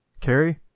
Carrie